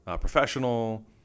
professional